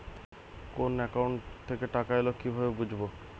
কোন একাউন্ট থেকে টাকা এল কিভাবে বুঝব?